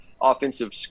offensive